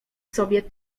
sobie